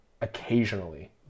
occasionally